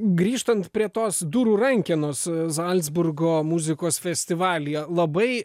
grįžtant prie tos durų rankenos zalcburgo muzikos festivalyje labai